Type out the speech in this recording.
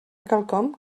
quelcom